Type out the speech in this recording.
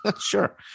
Sure